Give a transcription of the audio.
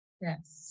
Yes